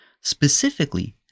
specifically